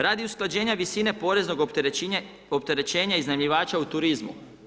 Radi usklađenja visine poreznog opterećenja iznajmljivača u turizmu.